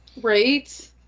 Right